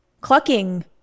clucking